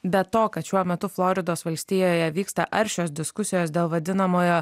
be to kad šiuo metu floridos valstijoje vyksta aršios diskusijos dėl vadinamojo